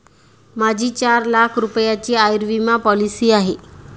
माझी चार लाख रुपयांची आयुर्विमा पॉलिसी आहे